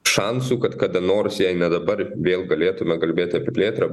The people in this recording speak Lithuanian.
šansų kad kada nors jei ne dabar vėl galėtume kalbėti apie plėtrą